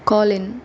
கோலின்